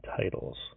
titles